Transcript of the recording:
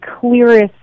clearest